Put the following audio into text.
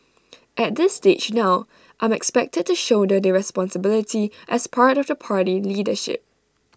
at this stage now I'm expected to shoulder the responsibility as part of the party leadership